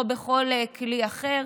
או בכל כלי אחר.